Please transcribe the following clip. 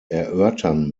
erörtern